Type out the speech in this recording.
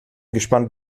gespannt